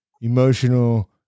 emotional